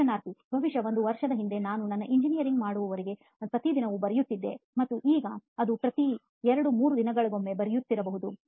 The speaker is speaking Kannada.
ಸಂದರ್ಶನಾರ್ಥಿಬಹುಶಃ ಒಂದು ವರ್ಷದ ಹಿಂದೆ ನಾನು ನನ್ನ Engineering ಮಾಡುವವರೆಗೂ ಅದು ಪ್ರತಿದಿನವೂ ಬರಿಯುತ್ತಿದೆ ಮತ್ತು ಈಗ ಅದು ಪ್ರತಿ ಎರಡು ಮೂರು ದಿನಗಳಿಗೊಮ್ಮೆ ಬರಿಯುತ್ತಿರಬಹುದು